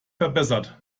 verbessert